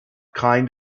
kind